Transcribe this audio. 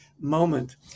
moment